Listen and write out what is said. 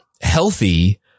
healthy